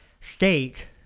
state